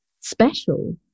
special